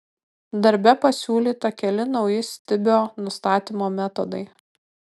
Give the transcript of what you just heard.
darbe pasiūlyta keli nauji stibio nustatymo metodai